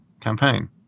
campaign